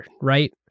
Right